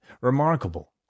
Remarkable